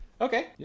Okay